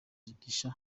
gishya